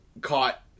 caught